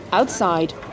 Outside